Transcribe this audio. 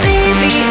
Baby